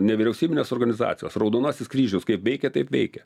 nevyriausybinės organizacijos raudonasis kryžius kaip veikia taip veikia